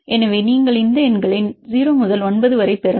எனவே நீங்கள் இந்த எண்களை 0 முதல் 9 வரை பெறலாம்